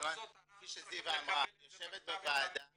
כפי שזיוה אמרה, היא יושבת בוועדה